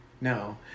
No